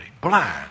blind